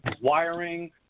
Wiring